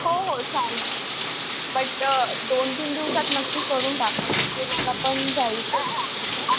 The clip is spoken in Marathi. हो हो चालेल बट दोन तीन दिवसात नक्की करून टाका जे मला पण जायचं आहे रात्रीचं